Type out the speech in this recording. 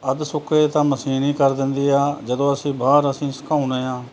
ਅੱਧ ਸੁੱਕੇ ਤਾਂ ਮਸ਼ੀਨ ਹੀ ਕਰ ਦਿੰਦੀ ਆ ਜਦੋਂ ਅਸੀਂ ਬਾਹਰ ਅਸੀਂ ਸੁਕਾਉਂਦੇ ਹਾਂ